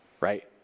right